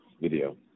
video